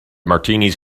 martinis